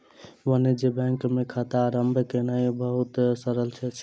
वाणिज्य बैंक मे खाता आरम्भ केनाई बहुत सरल अछि